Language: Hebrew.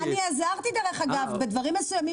דבריך.